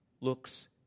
looks